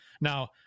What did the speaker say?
Now